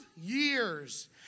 years